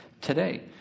today